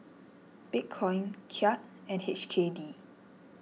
Bitcoin Kyat and H K D